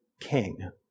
king